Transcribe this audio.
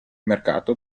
mercato